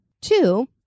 Two